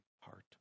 heart